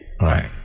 Right